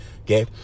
okay